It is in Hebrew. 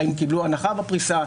אם קיבלו הנחה בפריסה,